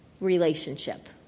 relationship